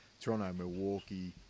Toronto-Milwaukee